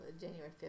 january